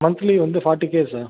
monthly வந்து forty K sir